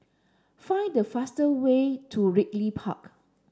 find the fastest way to Ridley Park